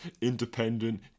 independent